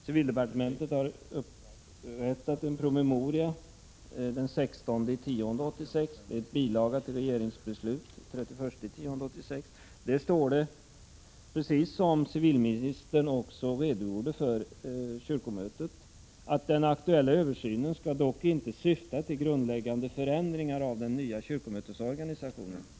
Civildepartementet upprättade den 16 oktober 1986 en promemoria, som utgör bilaga till ett regeringsbeslut av den 31 oktober 1986. Här står, helt i överensstämmelse med civilministerns redogörelse vid kyrkomötet, att den ”aktuella översynen skall dock inte syfta till grundläggande förändringar av den nya kyrkomötesorganisationen.